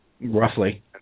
Roughly